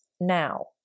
now